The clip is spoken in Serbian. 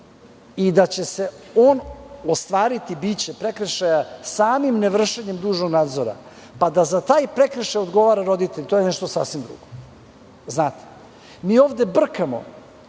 i da će se on ostvariti, biće prekršaja, samim nevršenjem dužnog nadzora pa da za taj prekršaj odgovara roditelj, to je nešto sasvim drugo. Mi ovde brkamo